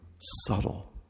subtle